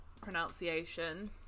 pronunciation